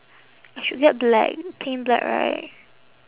I should get black plain black right